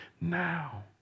now